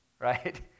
right